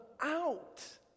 out